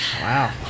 wow